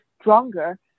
stronger